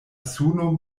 suno